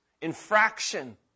infraction